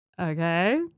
Okay